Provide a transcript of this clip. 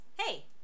hey